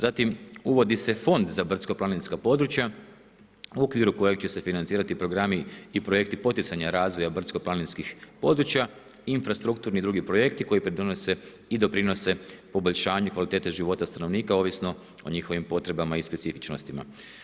Zatim uvodi se Fond za brdsko-planinska područja u okviru kojeg će se financirati programi i projekti poticanja razvoja brdsko planinskih područja, infrastrukturni i drugi projekti koji pridonose i doprinose poboljšanju kvalitete života stanovnika ovisno o njihovim potrebama i specifičnostima.